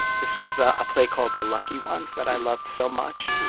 this was a play called the lucky ones that i loved so much.